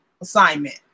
assignment